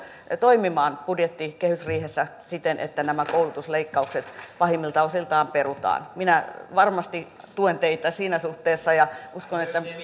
toimimaan budjettikehysriihessä siten että nämä koulutusleikkaukset pahimmilta osiltaan perutaan minä varmasti tuen teitä siinä suhteessa ja uskon että